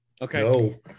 Okay